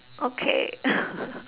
okay